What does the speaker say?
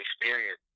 experience